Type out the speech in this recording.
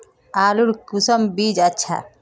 आलूर कुंसम बीज अच्छा?